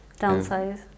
Downsize